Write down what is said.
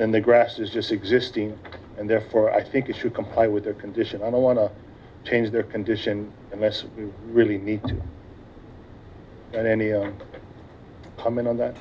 and the grass is just existing and therefore i think it should comply with the condition i don't want to change their condition unless you really need to and any comment on that